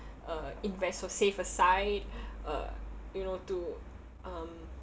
uh invest or save aside uh you know to um